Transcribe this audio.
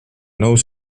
nõus